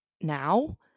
now